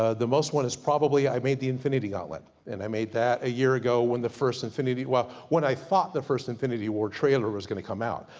ah the most one is probably, i made the infinity gauntlet. and i made that a year ago when the first infinity, well, what i thought the first, infinity war trailer was gonna come out.